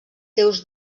seus